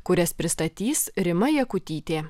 kurias pristatys rima jakutytė